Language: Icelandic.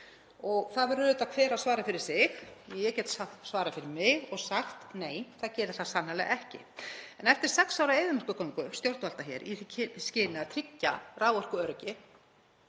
Það verður auðvitað hver að svara fyrir sig. Ég get svarað fyrir mig og sagt: Nei, það gerir það sannarlega ekki. En eftir sex ára eyðimerkurgöngu stjórnvalda í því skyni að tryggja raforkuöryggi,